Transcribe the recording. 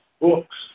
books